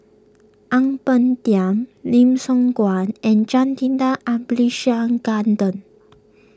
Ang Peng Tiam Lim Siong Guan and Jacintha Abisheganaden